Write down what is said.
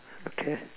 okay